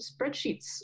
spreadsheets